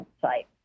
site